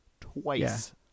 twice